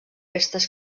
restes